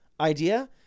idea